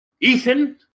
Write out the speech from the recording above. Ethan